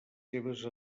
seves